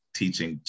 teaching